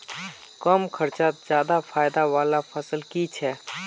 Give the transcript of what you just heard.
कम खर्चोत ज्यादा फायदा वाला फसल की छे?